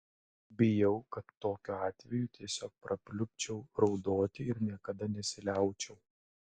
bijau kad tokiu atveju tiesiog prapliupčiau raudoti ir niekada nesiliaučiau